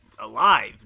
alive